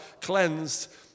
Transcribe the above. cleansed